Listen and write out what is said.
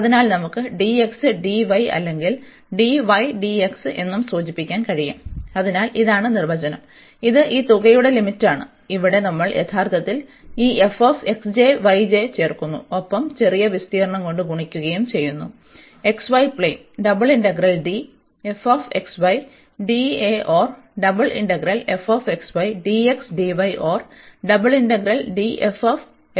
അതിനാൽ നമുക്ക് അല്ലെങ്കിൽ എന്നും സൂചിപ്പിക്കാൻ കഴിയും അതിനാൽ ഇതാണ് നിർവചനം ഇത് ഈ തുകയുടെ ലിമിറ്റാണ് ഇവിടെ നമ്മൾ യഥാർത്ഥത്തിൽ ഈ ചേർക്കുന്നു ഒപ്പം ചെറിയ വിസ്തീർണ്ണം കൊണ്ട് ഗുണിക്കുകയും ചെയ്യുന്നു x y പ്ളേൻ